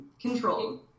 control